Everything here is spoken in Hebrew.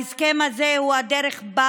ההסכם הזה הוא הדרך שבה